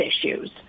issues